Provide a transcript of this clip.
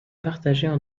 partageaient